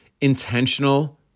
intentional